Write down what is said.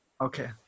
Okay